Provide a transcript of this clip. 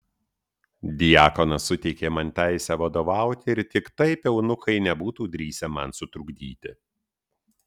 diakonas suteikė man teisę vadovauti ir tik taip eunuchai nebūtų drįsę man sutrukdyti